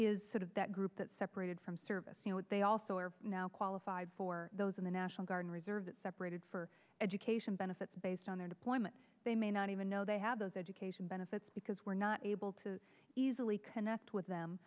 is sort of that group that separated from service and what they also are now qualified for those in the national guard reserve separated for education benefits based on their deployment they may not even know they have those education benefits because we're not able to easily connect with them